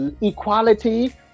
equality